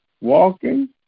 Walking